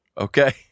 okay